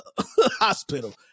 hospital